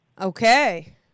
Okay